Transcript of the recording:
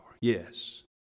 Yes